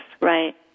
Right